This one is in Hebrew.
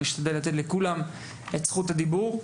אשתדל לתת לכולם את זכות הדיבור,